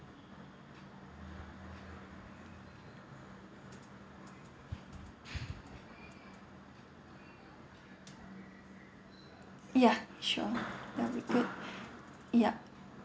ya sure that will be good ya